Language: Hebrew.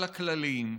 על הכללים,